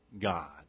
God